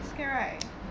scared right